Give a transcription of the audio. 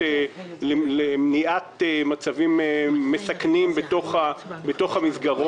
למניעת מצבים מסכנים בתוך המסגרות.